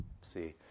see